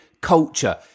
culture